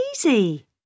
easy